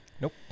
Nope